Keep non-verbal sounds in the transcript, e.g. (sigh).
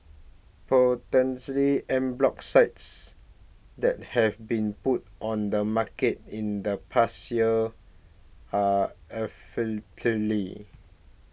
potentially en bloc sites that have been put on the market in the past year are (unintelligible)